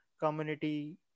community